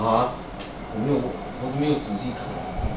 ah 没有自己的